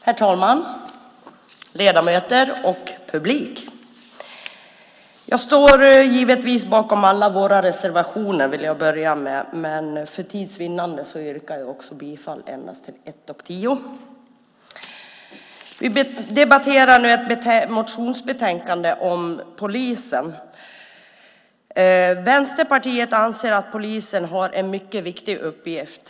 Herr talman! Ledamöter och publik! Givetvis står jag bakom alla våra reservationer, men för tids vinnande yrkar också jag bifall endast till reservationerna 1 och 10. Vi debatterar nu ett motionsbetänkande om polisen. Vänsterpartiet anser att polisen har en mycket viktig uppgift.